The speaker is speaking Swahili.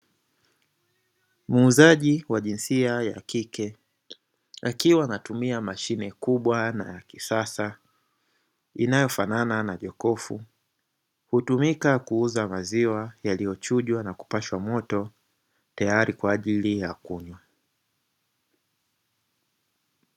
Muuzaji wa jinsia ya kike akiwa anatumia mashine kubwa na ya kisasa inayofanana na jokofu, hutumika kuuza maziwa yaliyochujwa na kupashwa moto tayari kwa ajili ya kunywa.